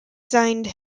signed